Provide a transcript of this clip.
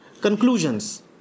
conclusions